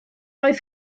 oedd